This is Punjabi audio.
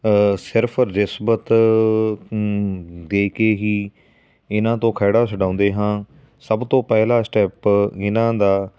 ਸਿਰਫ ਰਿਸ਼ਵਤ ਦੇ ਕੇ ਹੀ ਇਹਨਾਂ ਤੋਂ ਖਹਿੜਾ ਛਡਾਉਂਦੇ ਹਾਂ ਸਭ ਤੋਂ ਪਹਿਲਾ ਸਟੈਪ ਇਹਨਾਂ ਦਾ